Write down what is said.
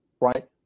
right